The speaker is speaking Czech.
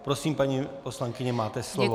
Prosím, paní poslankyně, máte slovo.